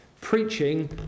preaching